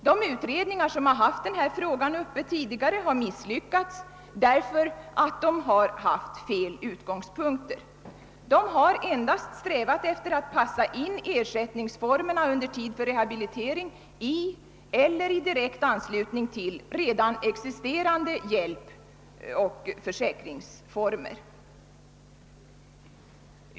De utredningar som tidigare haft denna fråga uppe har misslyckats därför att de haft felaktiga utgångspunkter. De har endast strävat efter att passa in ersättningsformerna under tid för rehabilitering i eller i direkt anslutning till redan existerande hjälpoch försäkringsformer.